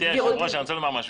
גבירתי היו"ר אני רוצה לומר משהו.